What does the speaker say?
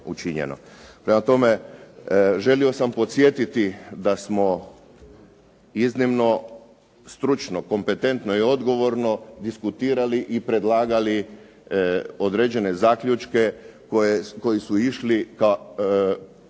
Prema tome, želio sam podsjetiti da smo iznimno stručno, kompetentno i odgovorno diskutirali i predlagali određene zaključke koji su išli k